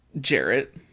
Jarrett